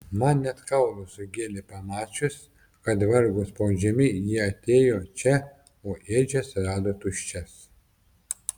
man net kaulus sugėlė pamačius kad vargo spaudžiami jie atėjo čia o ėdžias rado tuščias